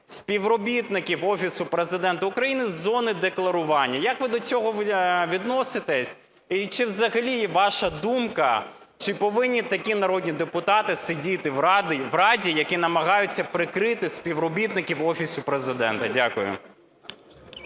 співробітників Офісу Президента України із зони декларування. Як ви до цього відноситесь? І чи взагалі, ваша думка, чи повинні такі народні депутати сидіти в Раді, які намагаються прикрити співробітників Офісу Президента? Дякую.